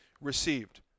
received